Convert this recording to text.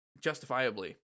justifiably